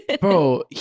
bro